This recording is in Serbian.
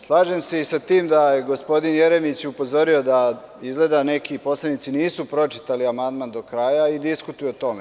Slažem se sa tim da je gospodin Jeremić upozorio da izgleda neki poslanici nisu pročitali amandman do kraja i diskutuju o tome.